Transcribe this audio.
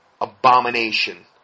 abomination